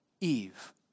Eve